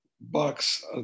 bucks